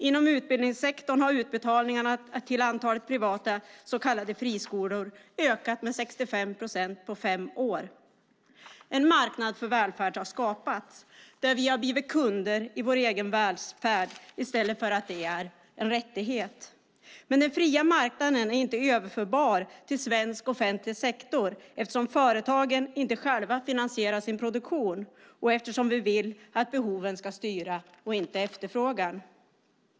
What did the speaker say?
Inom utbildningssektorn har utbetalningarna till antalet privata så kallade friskolor ökat med 65 procent på fem år. En marknad för välfärd har skapats där vi har blivit kunder i vår egen välfärd i stället för att det är en rättighet. Men den fria marknaden är inte överförbar till svensk offentlig sektor, eftersom företagen inte själva finansierar sin produktion och eftersom vi vill att behoven ska styra och inte efterfrågan.